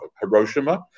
Hiroshima